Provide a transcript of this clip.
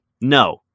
No